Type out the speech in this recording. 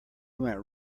went